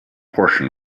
portion